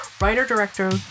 writer-director